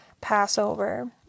Passover